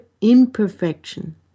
imperfection